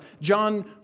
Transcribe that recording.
John